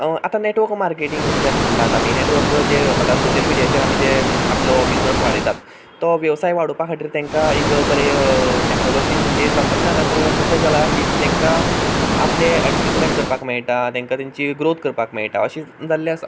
आतां network marketing म्हणटात आमी नॅटवर्क जे आतां आमी सोशियल मिडियाचेर जे आमी जे आपलो बिजनस वाडयतात तो वेवसाय वाडोवपा खातीर तेंकां एक बरें टेक्नॉलॉजी म्हणजे तंत्रज्ञाना थ्रू कशें जालां की तेंकां आपले एडवर्टिजमेंट करपाक मेळटा तेंकां तेंची ग्रॉथ करपाक मेळटा अशें जाल्लें आसा